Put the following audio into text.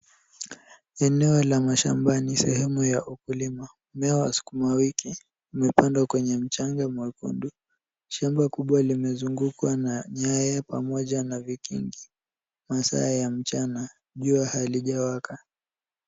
Eneo la mashambani, sehemu ya ukulima, mmea wa sukuma wiki uimepandwa kwenye mchanga mwekundu. Shamba kubwa limezungukwa na nyaya pamoja na vikingi. Masaa ya mchana, jua halijawaka.